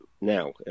now